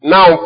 Now